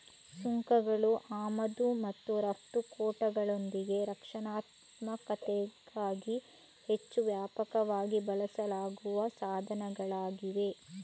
ಸುಂಕಗಳು ಆಮದು ಮತ್ತು ರಫ್ತು ಕೋಟಾಗಳೊಂದಿಗೆ ರಕ್ಷಣಾತ್ಮಕತೆಗಾಗಿ ಹೆಚ್ಚು ವ್ಯಾಪಕವಾಗಿ ಬಳಸಲಾಗುವ ಸಾಧನಗಳಾಗಿವೆ